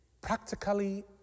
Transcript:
practically